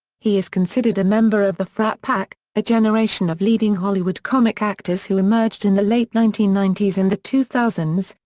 he is considered a member of the frat pack, a generation of leading hollywood comic actors who emerged in the late nineteen ninety s and the two thousand